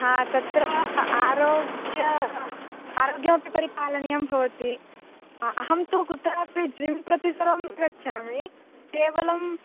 हा तत्र आरोग्य आरोग्यमपि परिपालनीयं भवति अहं तु कुत्रापि जिम् प्रति सर्वं न गच्छामि केवलम्